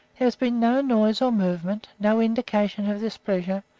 has been no noise or movement, no indication of displeasure,